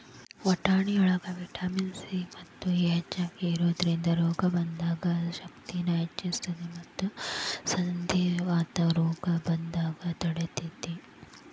ವಟಾಣಿಯೊಳಗ vitamin C ಮತ್ತು E ಹೆಚ್ಚಾಗಿ ಇರೋದ್ರಿಂದ ರೋಗ ಬರದಂಗ ಶಕ್ತಿನ ಹೆಚ್ಚಸ್ತೇತಿ ಮತ್ತ ಸಂಧಿವಾತದಂತ ರೋಗ ಬರದಂಗ ತಡಿತೇತಿ